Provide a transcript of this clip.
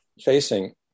facing